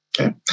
Okay